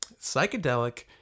psychedelic